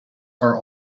are